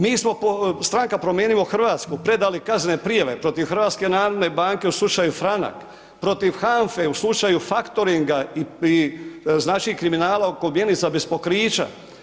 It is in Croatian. Mi smo, stranka Promijenimo Hrvatsku, predali kaznene prijave protiv HNB-a u slučaju Franak, protiv HANFA-e u slučaju Faktoringa i znači kriminala oko mjenica bez pokrića.